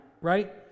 right